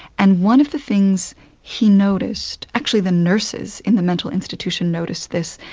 and one of the things he noticed. actually, the nurses in the mental institution noticed this,